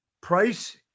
Price